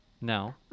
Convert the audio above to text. no